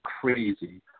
crazy